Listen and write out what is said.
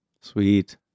Sweet